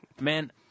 Man